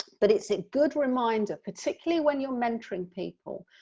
but it's a good reminder particularly when you're mentoring people,